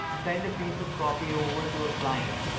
send a piece of copy over to a client,